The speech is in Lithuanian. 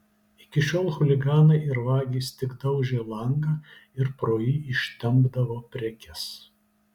iki šiol chuliganai ir vagys tik daužė langą ir pro jį ištempdavo prekes